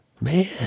Man